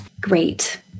Great